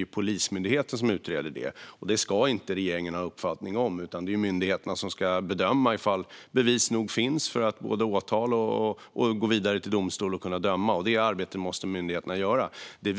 är Polismyndigheten som utreder fall som gäller folkrättsbrott i övrigt. Detta ska inte regeringen ha någon uppfattning om, utan det är myndigheterna som ska bedöma om det finns bevis nog för att åtala och för att gå vidare till domstol och kunna döma. Detta arbete måste myndigheterna göra.